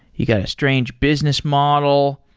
you got a strange business model.